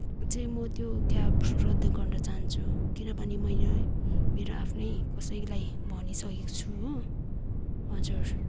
चाहिँ म त्यो क्याब रद्द गर्न चाहन्छु किनभने म यहाँ मेरो आफ्नै कसैलाई भनिसकेको छु हो हजुर